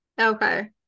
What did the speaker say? okay